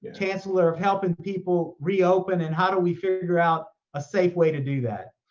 ah chancellor, of helping people reopen and how do we figure out a safe way to do that.